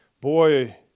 boy